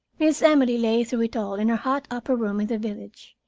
miss emily lay through it all in her hot upper room in the village,